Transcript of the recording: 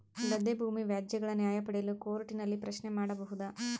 ಗದ್ದೆ ಭೂಮಿ ವ್ಯಾಜ್ಯಗಳ ನ್ಯಾಯ ಪಡೆಯಲು ಕೋರ್ಟ್ ನಲ್ಲಿ ಪ್ರಶ್ನೆ ಮಾಡಬಹುದಾ?